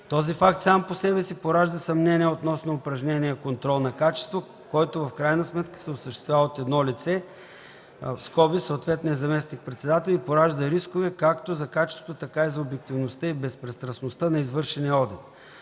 Този факт, сам по себе си поражда съмнения относно упражнения контрол на качеството, който в крайна сметка се осъществява от едно лице (съответният заместник-председател) и поражда рискове както за качеството, така и за обективността и безпристрастността на извършения одит.